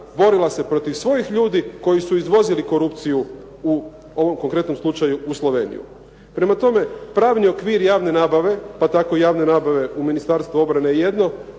borila se protiv svojih ljudi koji su izvozili korupciju, u ovom konkretnom slučaju u Sloveniju. Prema tome, pravni okvir javne nabave, pa tako i javne nabave u Ministarstvu obrane je jedno,